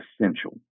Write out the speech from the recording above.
essential